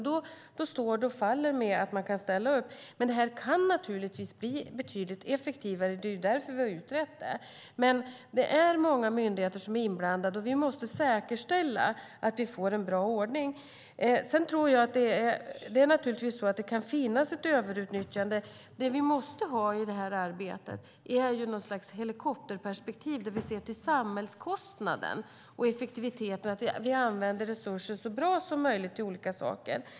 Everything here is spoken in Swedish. Då står och faller det med att polisen ställer upp. Det här kan naturligtvis bli betydligt effektivare; det är därför vi utrett det. Men det är många myndigheter som är inblandade, och vi måste säkerställa att vi får en bra ordning. Det kan naturligtvis finnas ett överutnyttjande. I det här arbetet måste vi ha något slags helikopterperspektiv där vi ser till samhällskostnaden och effektiviteten så att vi använder resurserna så bra som möjligt till olika saker.